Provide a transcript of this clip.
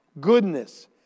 goodness